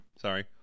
Sorry